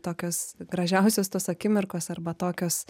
tokios gražiausios tos akimirkos arba tokios